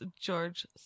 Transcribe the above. George